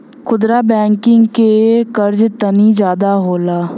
खुदरा बैंकिंग के कर्जा तनी जादा होला